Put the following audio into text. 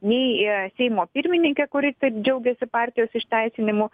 nei seimo pirmininkė kuri taip džiaugiasi partijos išteisinimu